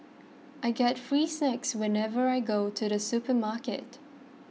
I get free snacks whenever I go to the supermarket